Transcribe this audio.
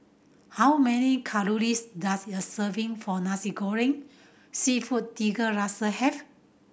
how many calories does a serving for Nasi Goreng Seafood Tiga Rasa have